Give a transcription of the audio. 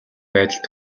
байдалд